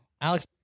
Alex